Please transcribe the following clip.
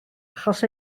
achos